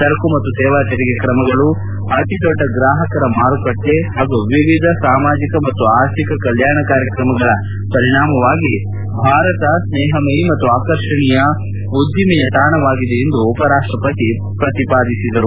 ಸರಕು ಮತ್ತು ಸೇವಾ ತೆರಿಗೆ ಕ್ರಮಗಳು ಅತಿ ದೊಡ್ಡ ಗ್ರಾಹಕರ ಮಾರುಕಟ್ಟೆ ಹಾಗೂ ವಿವಿಧ ಸಾಮಾಜಿಕ ಮತ್ತು ಆರ್ಥಿಕ ಕಲ್ಯಾಣ ಕಾರ್ಯಕ್ರಮಗಳ ಪರಿಣಾಮವಾಗಿ ಭಾರತ ಸ್ನೇಹಮಯಿ ಮತ್ತು ಆಕರ್ಷಣೀಯ ಉದ್ದಿಮೆ ತಾಣವಾಗಿದೆ ಎಂದು ಉಪರಾಷ್ಟಪತಿ ಹೇಳಿದರು